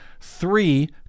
three